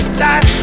time